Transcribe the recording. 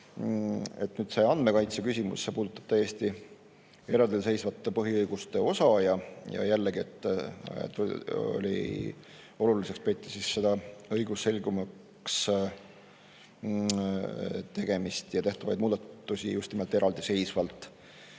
et see andmekaitse küsimus puudutab täiesti eraldiseisvat põhiõiguste osa, ja jällegi, oluliseks peeti õigusselgemaks tegemist ja tehtavaid muudatusi just nimelt eraldiseisvalt.